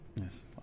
Yes